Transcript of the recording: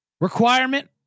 Requirement